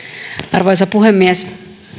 arvoisa puhemies